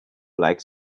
like